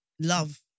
Love